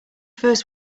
first